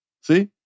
See